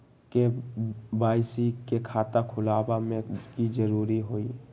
KYC के खाता खुलवा में की जरूरी होई?